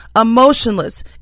emotionless